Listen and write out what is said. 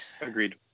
agreed